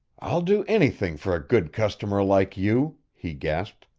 i'll do anything for a good customer like you, he gasped.